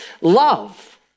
love